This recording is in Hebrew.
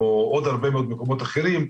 ועוד הרבה מאד מקומות אחרים,